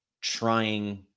trying